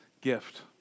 gift